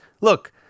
look